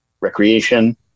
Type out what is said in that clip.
recreation